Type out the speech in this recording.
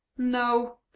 no,